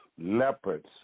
leopards